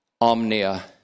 omnia